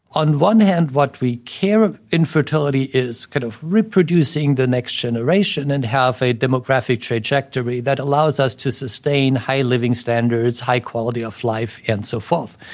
on one hand, what we care infertility is, kind of, reproducing the next generation and have a demographic trajectory that allows us to sustain high living standards, high quality of life and so forth.